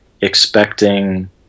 expecting